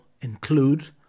include